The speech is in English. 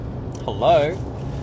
Hello